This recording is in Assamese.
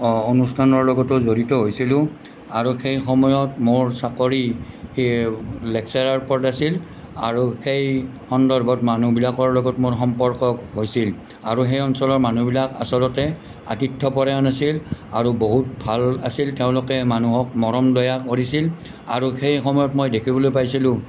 অনুষ্ঠানৰ লগতো জড়িত হৈছিলোঁ আৰু সেই সময়ত মোৰ চাকৰি লেকচাৰাৰ ওপৰত আছিল আৰু সেই সন্দৰ্ভত মানুহবিলাকৰ লগত মোৰ সম্পৰ্ক হৈছিল আৰু সেই অঞ্চলৰ মানুহবিলাক আচলতে আতিথ্য পৰায়ণ আছিল আৰু বহুত ভাল আছিল তেওঁলোকে মানুহক মৰম দয়া কৰিছিল আৰু সেই সময়ত মই দেখিবলৈ পাইছিলোঁ